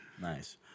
Nice